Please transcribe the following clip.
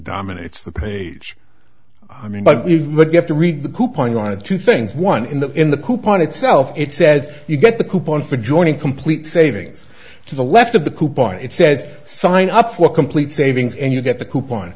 dominates the page i mean but if you have to read the coupon on a two things one in the in the coupon itself it says you get the coupon for joining complete savings to the left of the coupon it says sign up for complete savings and you get the coupon